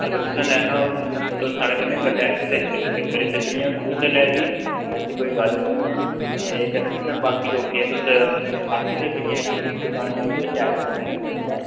अगर तुसें लैना होग ते तुस साढ़े नै कंटैक्ट करी सकने ओ कुसलै बी ऐसी कोई गल्ल निं ऐ ते कन्नै तुसें बाकी लोकें ई तुस आक्खी सकने ओ कि इस दकाना उप्परा शैल सीमैंट मिलदा